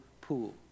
pool